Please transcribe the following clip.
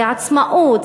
זו עצמאות,